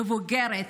מבוגרת.